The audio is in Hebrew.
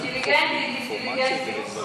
אינטליגנטית, אינטליגנטית.